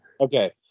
Okay